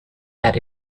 that